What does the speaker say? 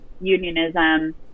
unionism